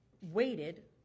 waited